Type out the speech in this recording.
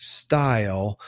style